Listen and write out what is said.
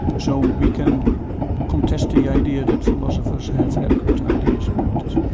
so we can contest the idea that philosophers have adequate ideas about this.